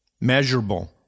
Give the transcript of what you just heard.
measurable